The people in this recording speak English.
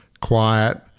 quiet